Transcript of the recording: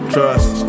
Trust